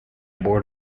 board